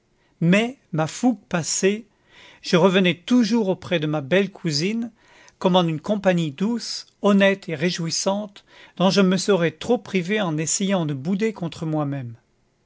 mais ma fougue passée je revenais toujours auprès de ma belle cousine comme en une compagnie douce honnête et réjouissante dont je me serais trop privé en essayant de bouder contre moi-même